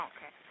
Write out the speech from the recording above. Okay